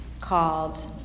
called